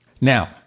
Now